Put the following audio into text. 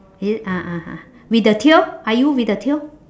is it ah ah ah with the tail are you with the tail